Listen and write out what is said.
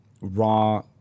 raw